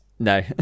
No